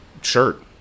shirt